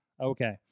okay